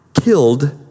killed